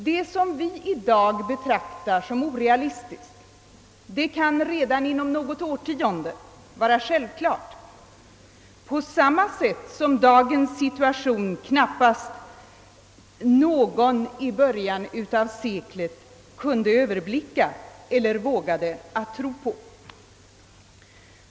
Det som vi i dag betraktar som orealistiskt kan redan inom något årtionde vara självklart på samma sätt som knappast någon vid sekelskiftet kunde förutse den utveckling samhället skulle komma att genomgå fram till i dag.